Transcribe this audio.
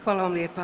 Hvala vam lijepa.